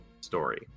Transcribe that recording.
story